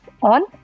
on